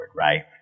Right